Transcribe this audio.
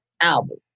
album